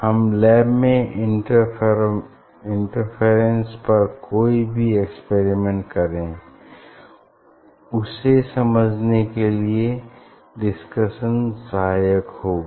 हम लैब में इंटरफेरेरने पर कोई भी एक्सपेरिमेंट करें उसे समझने लिए यह डिस्कशन सहायक होगा